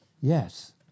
Yes